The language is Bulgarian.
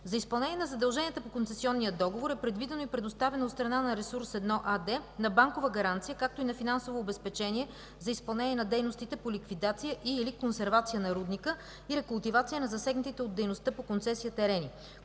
За изпълнение на задълженията по концесионния договор е предвидено и предоставено от страна на „Ресурс 1” АД на банкова гаранция, както и на финансово обезпечение за изпълнение на дейностите по ликвидация и/или консервация на рудника, и рекултивация на засегнатите от дейността по концесия терени.